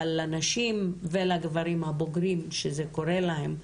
אבל לנשים ולגברים הבוגרים שזה קורה להם,